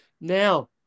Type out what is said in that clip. Now